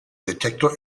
detektor